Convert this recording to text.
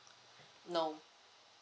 no